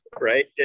right